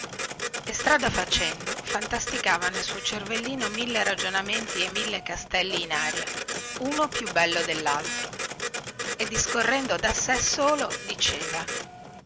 e strada facendo fantasticava nel suo cervellino mille ragionamenti e mille castelli in aria uno più bello dellaltro e discorrendo da sé solo diceva